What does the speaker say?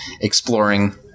exploring